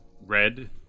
red